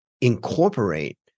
incorporate